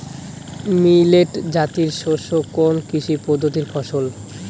Millet জাতীয় শস্য কোন কৃষি পদ্ধতির ফসল?